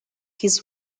his